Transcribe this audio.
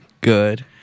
Good